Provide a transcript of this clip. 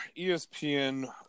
ESPN